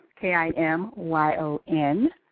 K-I-M-Y-O-N